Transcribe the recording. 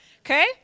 Okay